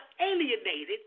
alienated